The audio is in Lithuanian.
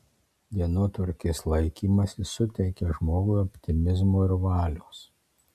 dienotvarkės laikymasis suteikia žmogui optimizmo ir valios